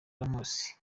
ramos